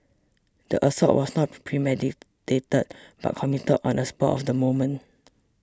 the assault was not premeditated but committed on a spur of the moment